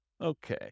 Okay